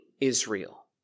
Israel